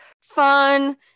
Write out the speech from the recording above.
fun